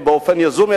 באופן יזום,